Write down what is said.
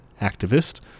activist